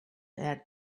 add